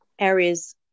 areas